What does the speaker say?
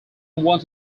want